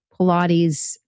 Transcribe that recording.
Pilates